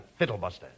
Fiddlebuster